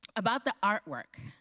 about the artwork